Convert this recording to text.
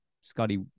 Scotty